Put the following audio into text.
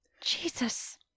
Jesus